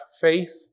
faith